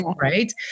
right